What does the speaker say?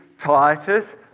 Titus